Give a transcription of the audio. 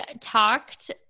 talked